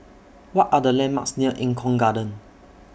What Are The landmarks near Eng Kong Garden